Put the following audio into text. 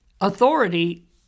Authority